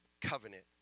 covenant